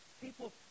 people